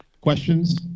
questions